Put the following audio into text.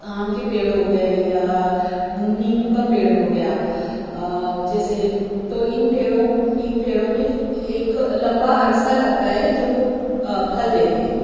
آم کے پیڑ ہوگئے یا نیمبو کا پیڑ ہوگیا جیسے تو اِن پیڑوں اِن پیڑوں میں ایک لمبا عرصہ لگتا ہے جب وہ پھل دیتے ہیں